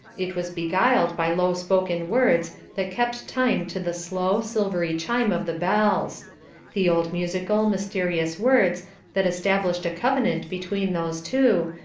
it was beguiled by low-spoken words that kept time to the slow, silvery chime of the bells the old musical, mysterious words that established a covenant between those two,